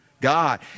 God